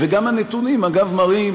וגם הנתונים, אגב, מראים